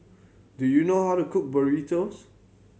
do you know how to cook Burritos